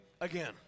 again